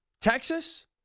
Texas